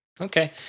Okay